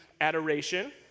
adoration